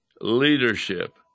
leadership